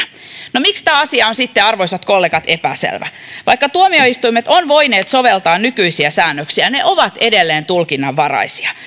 no miksi tämä asia on sitten arvoisat kollegat epäselvä vaikka tuomioistuimet ovat voineet soveltaa nykyisiä säännöksiä ne ovat edelleen tulkinnanvaraisia